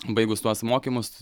baigus tuos mokymus